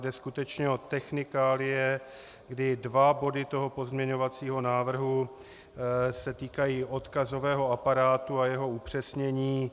Jde skutečně o technikálie, kdy dva body toho pozměňovacího návrhu se týkají odkazového aparátu a jeho upřesnění.